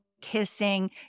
kissing